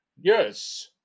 Yes